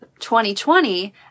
2020